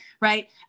right